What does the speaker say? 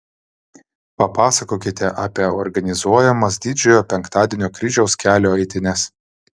papasakokite apie organizuojamas didžiojo penktadienio kryžiaus kelio eitynes